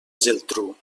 geltrú